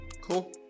Cool